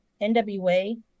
NWA